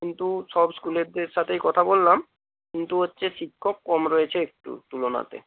কিন্তু সব স্কুলেদের সাথেই কথা বললাম কিন্তু হচ্ছে শিক্ষক কম রয়েছে একটু তুলনাতে